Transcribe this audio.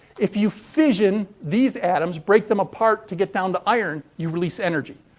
if you fission these atoms, break them apart to get down to iron, you release energy.